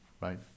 right